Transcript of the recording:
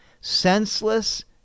senseless